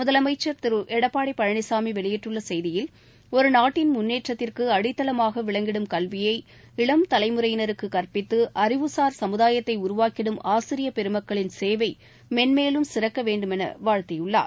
முதலமைச்சர் திரு எடப்பாடி பழனிசாமி வெளியிட்டுள்ள செய்தியில் ஒரு நாட்டின் முன்னேற்றத்திற்கு அடித்தளமாக விளங்கிடும் கல்வியை இளம் தலைமுறையினருக்கு கற்பித்து அறிவுளா் சமுதாயத்தை உருவாக்கிடும் ஆசிரிய பெருமக்களின் சேவை மென்மேலும் சிறக்க வேண்டுமென வாழ்த்தியுள்ளார்